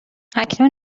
اکنون